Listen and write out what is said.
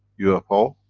ufo.